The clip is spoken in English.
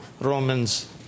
Romans